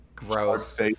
Gross